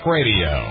Radio